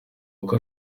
uko